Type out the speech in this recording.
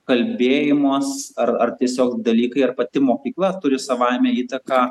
kalbėjimas ar ar tiesiog dalykai ar pati mokykla turi savaime įtaką